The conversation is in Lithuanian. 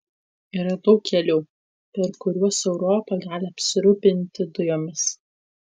yra daug kelių per kuriuos europa gali apsirūpinti dujomis